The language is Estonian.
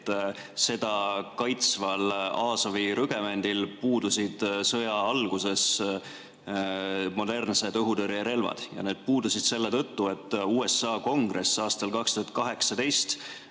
et seda kaitsval Azovi rügemendil puudusid sõja alguses modernsed õhutõrjerelvad. Ja need puudusid selle tõttu, et USA Kongress aastal 2018